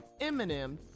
Eminem